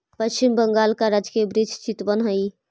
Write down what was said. पश्चिम बंगाल का राजकीय वृक्ष चितवन हई